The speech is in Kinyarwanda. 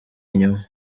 inyuma